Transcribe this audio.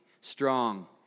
strong